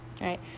right